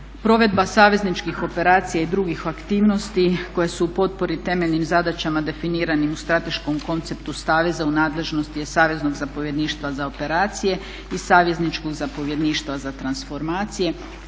provedba savezničkih operacija i drugih aktivnosti koje su u potpori temeljnim zadaćama definiranim u strateškom konceptu saveza u nadležnosti je saveznog zapovjedništva za operacije i savezničkog zapovjedništva za transformacije.